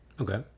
Okay